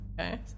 okay